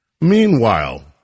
Meanwhile